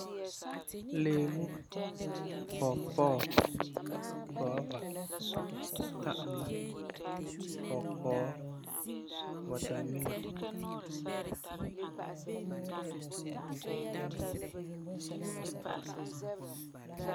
Leemu, pawpaw, guava, tã'ama, kɔɔkɔɔ, watermelon.